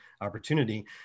opportunity